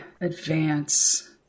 Advance